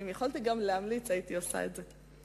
אם יכולתי גם להמליץ, הייתי עושה את זה.